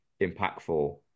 impactful